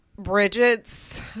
Bridget's